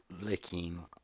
licking